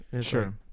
Sure